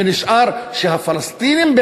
ונשאר שהפלסטינים,